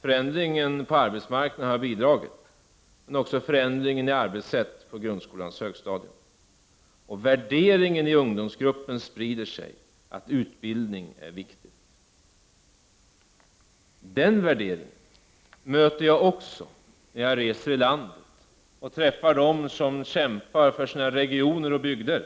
Förändringen på arbetsmarknaden har bidragit, men också förändringen i arbetssätt på grundskolans högstadium. Och värderingen i ungdomsgruppen sprider sig — att utbildning är viktig. Den värderingen möter jag också när jag reser i landet och träffar dem som kämpar för sina regioner och bygder.